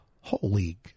Holy